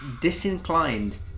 disinclined